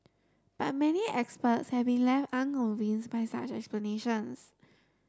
but many experts have been left unconvinced by such explanations